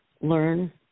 learn